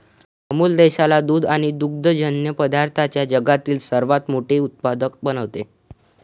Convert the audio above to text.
अमूल देशाला दूध आणि दुग्धजन्य पदार्थांचे जगातील सर्वात मोठे उत्पादक बनवते